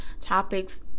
topics